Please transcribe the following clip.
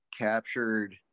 captured